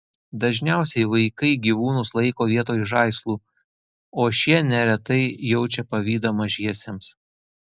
dažniausiai vaikai gyvūnus laiko vietoj žaislų o šie neretai jaučia pavydą mažiesiems